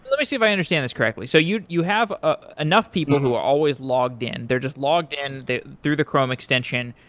let me see if i understand this correctly. so you you have ah enough people who are always logged in. they're just logged in through the chrome extension,